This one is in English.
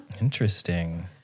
Interesting